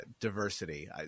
diversity